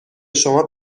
شما